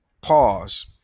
pause